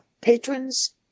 patrons